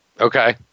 Okay